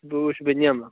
بہٕ وُِچھٕ بہٕ نِمہٕ